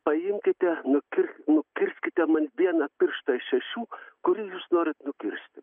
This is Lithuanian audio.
paimkite nukirs nukirskite man vieną pirštą iš šešių kurį jūs norit nukirsti